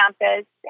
campus